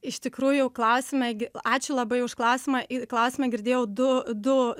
iš tikrųjų klausime gi ačiū labai už klausimą klausimą girdėjau du du